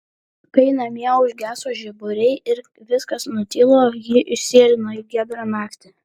kai namie užgeso žiburiai ir viskas nutilo ji išsėlino į giedrą naktį